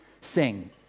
sing